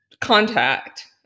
contact